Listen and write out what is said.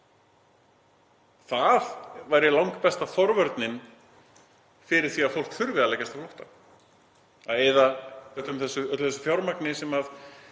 Það væri langbesta forvörnin gagnvart því að fólk þurfi að leggjast á flótta, að eyða öllu þessu fjármagni sem